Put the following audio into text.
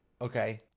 Okay